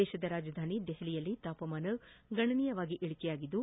ದೇಶದ ರಾಜಧಾನಿ ದೆಹಲಿಯಲ್ಲಿ ತಾಪಮಾನ ಗಣನೀಯವಾಗಿ ಇಳಿಕೆಯಾಗಿದ್ದು